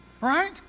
right